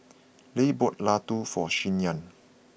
Leah bought Laddu for Shyann